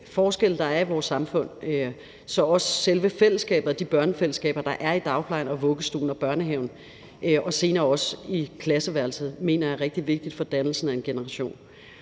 forskelle, der er i vores samfund. Og også selve fællesskabet og de børnefællesskaber, der er i dagplejen og vuggestuen og børnehaven og senere også i klasseværelset, mener jeg er rigtig vigtige for en generations